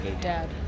dad